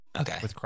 Okay